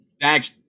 Thanks